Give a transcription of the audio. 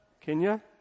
Kenya